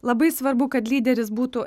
labai svarbu kad lyderis būtų